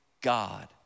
God